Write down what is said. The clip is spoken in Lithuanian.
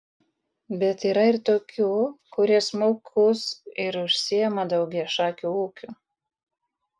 bet yra ir tokių kurie smulkūs ir užsiima daugiašakiu ūkiu